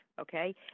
okay